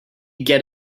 get